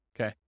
Okay